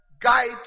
guide